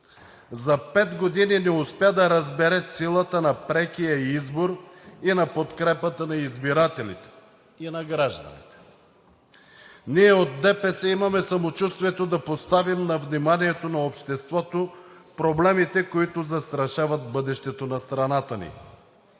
За пет години не успя да разбере силата на прекия избор и на подкрепата на избирателите и на гражданите. Ние от ДПС имаме самочувствието да поставим на вниманието на обществото проблемите, които застрашават бъдещето на страната ни.